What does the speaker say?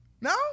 No